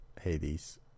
Hades